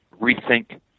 rethink